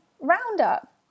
roundup